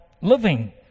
living